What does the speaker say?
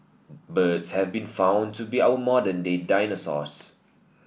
birds have been found to be our modern day dinosaurs